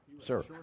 Sir